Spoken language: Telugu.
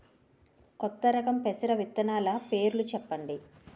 కొత్త రకం పెసర విత్తనాలు పేర్లు చెప్పండి?